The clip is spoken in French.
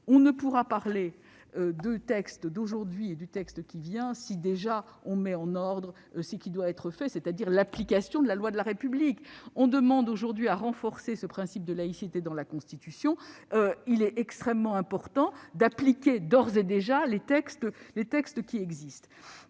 On ne pourra parler du texte d'aujourd'hui et de celui qui est annoncé sans mettre en ordre ce qui doit être fait, à savoir appliquer la loi de la République. Le texte examiné aujourd'hui vise à renforcer le principe de laïcité dans la Constitution : il est extrêmement important d'appliquer d'ores et déjà les textes qui existent.